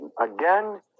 Again